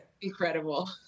incredible